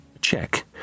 Check